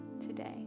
today